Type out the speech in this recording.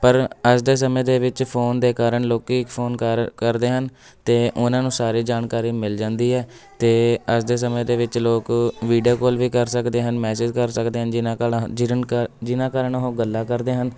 ਪਰ ਅੱਜ ਦੇ ਸਮੇਂ ਦੇ ਵਿੱਚ ਫ਼ੋਨ ਦੇ ਕਾਰਨ ਲੋਕ ਫ਼ੋਨ ਕਰ ਕਰਦੇ ਹਨ ਅਤੇ ਉਹਨਾਂ ਨੂੰ ਸਾਰੀ ਜਾਣਕਾਰੀ ਮਿਲ ਜਾਂਦੀ ਹੈ ਅਤੇ ਅੱਜ ਦੇ ਸਮੇਂ ਦੇ ਵਿੱਚ ਲੋਕ ਵੀਡੀਓ ਕੋਲ ਵੀ ਕਰ ਸਕਦੇ ਹਨ ਮੈਸੇਜ ਕਰ ਸਕਦੇ ਹਨ ਜਿਨ੍ਹਾਂ ਕੋਲ ਜਿਨ੍ਹਾਂ ਕਾਰਨ ਉਹ ਗੱਲਾਂ ਕਰਦੇ ਹਨ